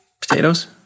Potatoes